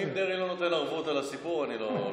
אם דרעי לא נותן ערבות על הסיפור אני לא לוקח.